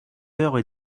heures